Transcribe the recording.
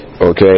okay